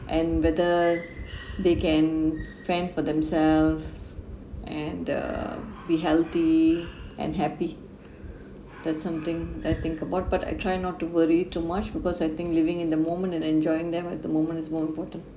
and whether they can fend for themself and uh be healthy and happy that's something I think about but I try not to worry too much because I think living in the moment and enjoying them at the moment is more important